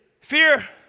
Fear